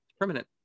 Permanent